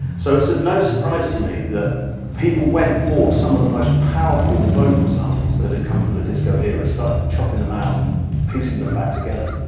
so it's of no surprise to me that people went for some of the most powerful vocal samples that had come from the disco era and started chopping them out and piecing them back together.